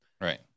Right